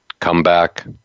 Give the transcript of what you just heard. comeback